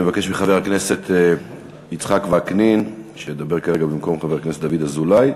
אני מבקש מחבר הכנסת יצחק וקנין שידבר כרגע במקום חבר הכנסת דוד אזולאי.